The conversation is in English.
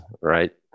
right